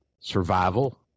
survival